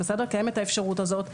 קיימת האפשרות הזאת.